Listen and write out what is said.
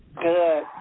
Good